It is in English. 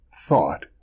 thought